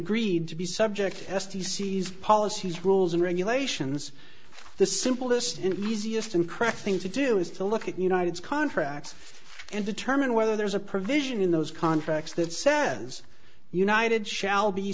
agreed to be subject to s t c's policies rules and regulations the simplest and easiest and correct thing to do is to look at united's contracts and determine whether there is a provision in those contracts that says united shall be